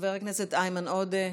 חבר הכנסת איימן עודה,